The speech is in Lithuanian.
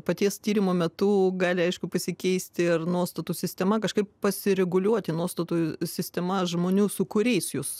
paties tyrimo metu gali aišku pasikeisti ir nuostatų sistema kažkaip pasireguliuoti nuostatų sistema žmonių su kuriais jūs